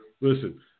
Listen